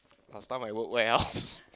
must done by walkway